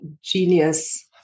genius